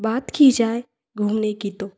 बात की जाए घूमने की तो